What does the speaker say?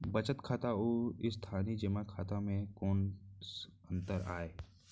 बचत खाता अऊ स्थानीय जेमा खाता में कोस अंतर आय?